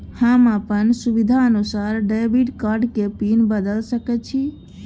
हम अपन सुविधानुसार डेबिट कार्ड के पिन बदल सके छि?